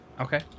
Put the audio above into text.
Okay